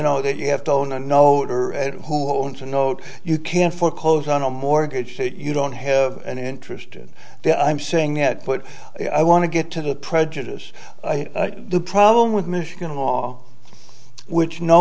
know that you have to own a note or at who owns a note you can foreclose on a mortgage that you don't have an interest in that i'm saying that put i want to get to the prejudice the problem with michigan law which kno